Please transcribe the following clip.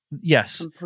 yes